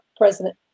President